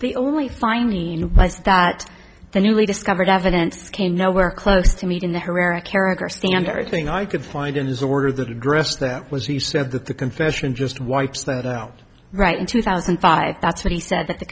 the only finally that the newly discovered evidence came nowhere close to meeting the herrera character standard thing i could find in his order that address that was he said that the confession just wipes that out right in two thousand and five that's what he said that the